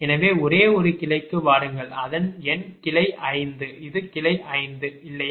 எனவே ஒரே ஒரு கிளைக்கு வாருங்கள் அதன் எண் கிளை 5 இது கிளை 5 இல்லையா